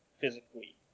physically